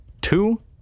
Two